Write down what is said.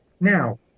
Now